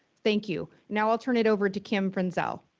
thank you. now i'll turn it over to kim frinzell.